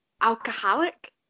Alcoholic